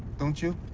don't you?